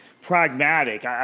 pragmatic